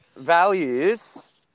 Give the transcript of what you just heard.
values